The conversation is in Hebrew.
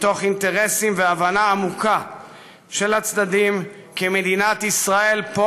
מתוך אינטרסים והבנה עמוקה של הצדדים כי מדינת ישראל פה